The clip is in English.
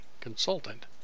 consultant